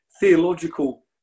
theological